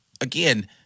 again